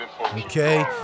okay